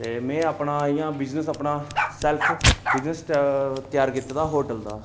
ते में अपना इ'यां बिजनस अपना सैल्फ बिजनस स्टार्ट त्यार कीेते दा होटल दा